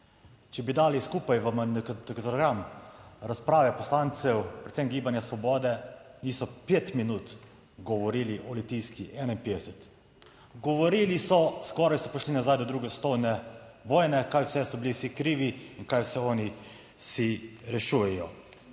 Če bi dali skupaj v magnetogram razprave poslancev, predvsem Gibanja Svobode, niso 5 minut govorili o litijski 51. Govorili so, skoraj so prišli nazaj do II. svetovne vojne, kaj vse so bili vsi krivi in kaj vse oni si rešujejo.